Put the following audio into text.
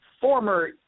Former